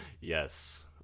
Yes